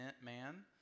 man